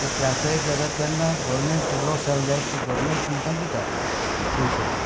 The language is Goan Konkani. जे त्रासदायक जाता तेन्ना गोरमेंट लॉस जाल जाय ते गोरमेंट तुमकां दिता पयशे